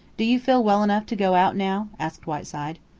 do you feel well enough to go out now? asked whiteside.